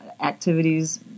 activities